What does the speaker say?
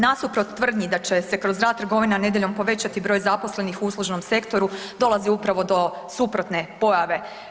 Nasuprot tvrdnji da će se kroz rad trgovina nedjeljom povećati broj zaposlenih u uslužnom sektoru dolazi upravo do suprotne pojave.